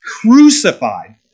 crucified